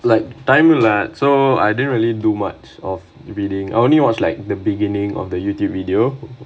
like time இல்ல:illa so I didn't really do much of reading I only watch like the beginning of the YouTube video